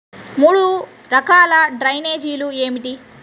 మూడు రకాల డ్రైనేజీలు ఏమిటి?